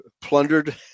plundered